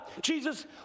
Jesus